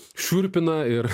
šiurpina ir